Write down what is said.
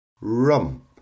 Rump